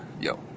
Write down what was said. Yo